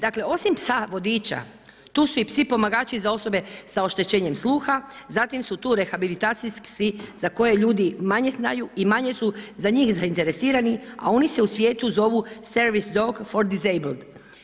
Dakle osim psa vodiča, tu su i psi pomagači za osobe sa oštećenjem sluha, zatim su tu rehabilitacijski psi za koje ljudi manje znaju i manje su za njih zainteresirani a oni se u svijetu zovu service dog for disabled.